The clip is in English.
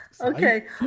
Okay